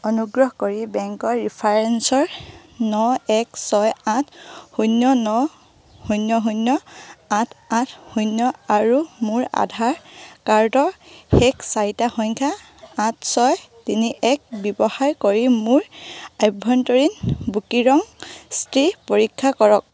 অনুগ্ৰহ কৰি বেংকৰ ৰেফাৰেঞ্চৰ ন এক ছয় আঠ শূন্য ন শূন্য শূন্য আঠ আঠ শূন্য আৰু মোৰ আধাৰ কাৰ্ডৰ শেষ চাৰিটা সংখ্যা আঠ ছয় তিনি এক ব্যৱহাৰ কৰি মোৰ আভ্যন্তৰীণ বুকিঙৰ স্থিতি পৰীক্ষা কৰক